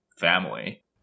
family